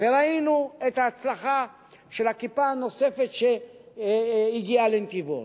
וראינו את ההצלחה של ה"כיפה" הנוספת שהגיעה לנתיבות.